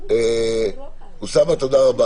איתן פה.